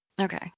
Okay